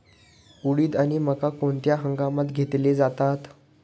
उडीद आणि मका कोणत्या हंगामात घेतले जातात?